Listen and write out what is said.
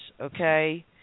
okay